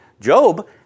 Job